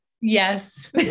Yes